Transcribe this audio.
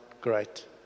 great